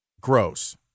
Gross